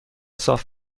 صاف